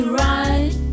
right